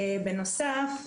בנוסף,